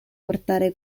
portare